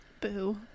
Boo